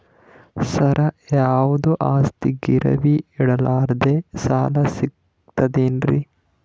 ಸರ, ಯಾವುದು ಆಸ್ತಿ ಗಿರವಿ ಇಡಲಾರದೆ ಸಾಲಾ ಸಿಗ್ತದೇನ್ರಿ?